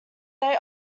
they